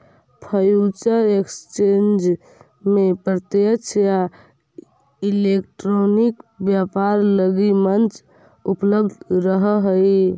future exchange में प्रत्यक्ष या इलेक्ट्रॉनिक व्यापार लगी मंच उपलब्ध रहऽ हइ